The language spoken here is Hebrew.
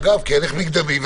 כהליך מקדמי,